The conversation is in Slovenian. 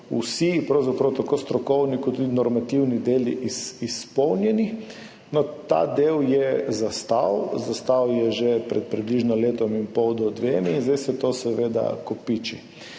vsi, pravzaprav tako strokovni kot tudi normativni, deli izpolnjeni. No, ta del je zastal. Zastal je že pred približno letom in pol do dvema in zdaj se to seveda kopiči.